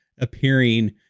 appearing